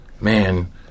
man